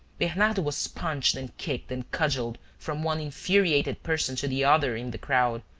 bernardo was punched and kicked and cudgelled from one infuriated person to the other in the crowd,